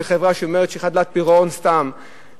שחברה אומרת שהיא חדלת פירעון סתם,